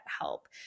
help